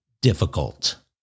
difficult